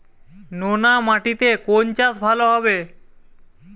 নোনা মাটিতে কোন চাষ ভালো হবে?